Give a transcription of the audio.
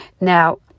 Now